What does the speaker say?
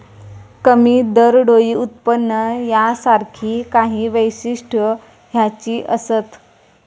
कमी दरडोई उत्पन्न यासारखी काही वैशिष्ट्यो ह्याची असत